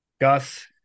Gus